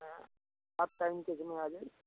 हाँ half time के समय आ जाइए